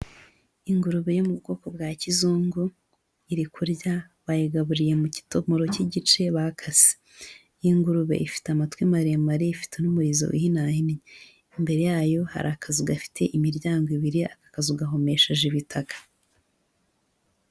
Ingurube yo mu bwoko bwa kizungu, iri kurya bayigaburiye mu kitomoro k'igice bakase. Ingurube ifite amatwi maremare, ifite n'umurizo uhinahennye. Imbere yayo hari akazu gafite imiryango ibiri, aka kazu gahomesheje ibitaka.